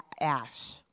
ash